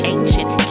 Ancient